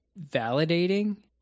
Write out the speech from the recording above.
validating